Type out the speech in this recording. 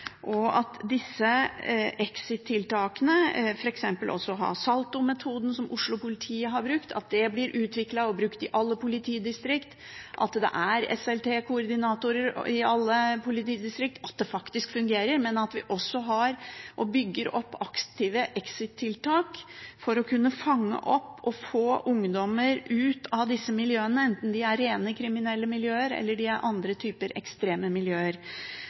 blir utviklet og brukt i alle politidistrikt, at det er SLT-koordinatorer i alle politidistrikt, og at det faktisk fungerer, men at vi også har og bygger opp aktive exit-tiltak for å kunne fange opp og få ungdommer ut av disse miljøene, enten det er rent kriminelle miljøer, eller det er andre typer ekstreme miljøer.